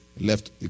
left